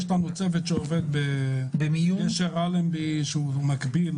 יש לנו צוות שעובד בגשר אלנבי במקביל.